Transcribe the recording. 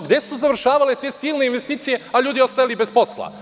Gde su završavale te silne investicije, a ljudi ostajali bez posla?